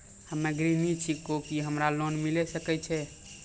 हम्मे गृहिणी छिकौं, की हमरा लोन मिले सकय छै?